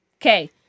Okay